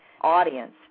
audience